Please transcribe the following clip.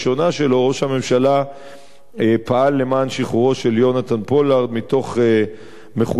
הממשלה פעל למען שחרורו של יהונתן פולארד מתוך מחויבות עמוקה,